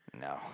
No